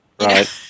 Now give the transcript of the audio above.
Right